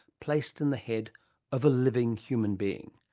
placed in the head of a living human being.